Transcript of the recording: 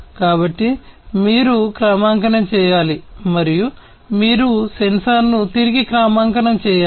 కాబట్టి మీరు క్రమాంకనం చేయాలి మరియు మీరు సెన్సార్ను తిరిగి క్రమాంకనం చేయాలి